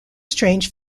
strange